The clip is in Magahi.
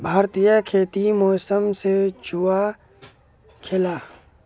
भारतीय खेती मौसम से जुआ खेलाह